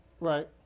Right